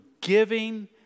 giving